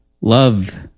love